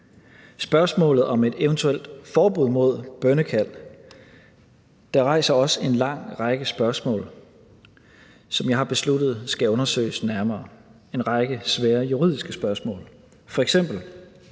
Spørgsmålet om et eventuelt forbud mod bønnekald rejser også en lang række spørgsmål, som jeg har besluttet skal undersøges nærmere, en række svære juridiske spørgsmål. F.eks. vil